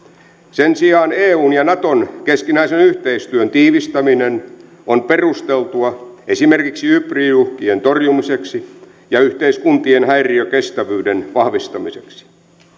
sen sijaan eun ja naton keskinäisen yhteistyön tiivistäminen on perusteltua esimerkiksi hybridiuhkien torjumiseksi ja yhteiskuntien häiriökestävyyden vahvistamiseksi